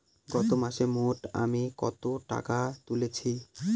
গত মাসে মোট আমি কত টাকা তুলেছি?